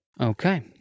Okay